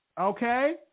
okay